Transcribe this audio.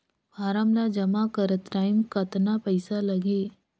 Form ला जमा करत टाइम कतना पइसा लगही?